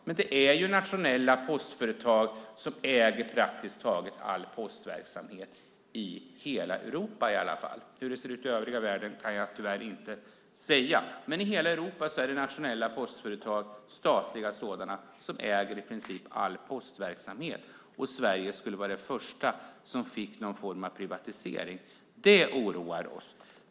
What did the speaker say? Men det är ju nationella postföretag som äger praktiskt taget all postverksamhet, i alla fall i hela Europa. Hur det ser ut i övriga världen kan jag tyvärr inte säga. Men i hela Europa är det nationella postföretag, statliga sådana, som äger i princip all postverksamhet. Sverige skulle vara det första land som fick någon form av privatisering av Posten.